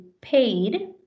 paid